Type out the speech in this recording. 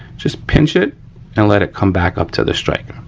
just pinch it and let it come back up to the striker,